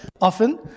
often